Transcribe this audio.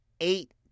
eight